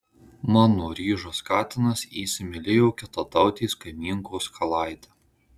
mano ryžas katinas įsimylėjo kitatautės kaimynkos kalaitę